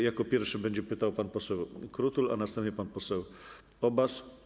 Jako pierwszy będzie pytał pan poseł Krutul, a następnie pan poseł Obaz.